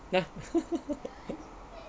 !huh!